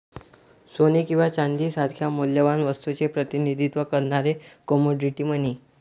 सोने किंवा चांदी सारख्या मौल्यवान वस्तूचे प्रतिनिधित्व करणारे कमोडिटी मनी